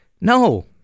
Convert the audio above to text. No